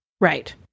Right